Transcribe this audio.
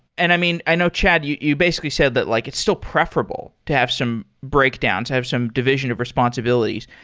and i mean, i know chad, you you basically said that like it's still preferable to have some breakdown, to have some division of responsibilities.